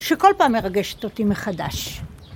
‫שכל פעם מרגשת אותי מחדש.